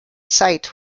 sight